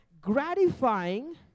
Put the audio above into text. gratifying